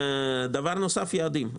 דבר נוסף, יעדים.